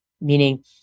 meaning